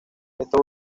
estos